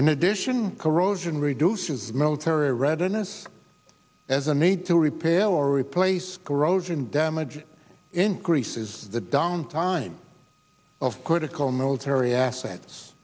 in addition corrosion reduces military readiness as a need to repair or replace corrosion damage increases the down time of critical military assets